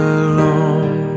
alone